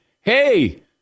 hey